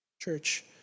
Church